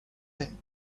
pen